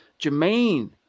Jermaine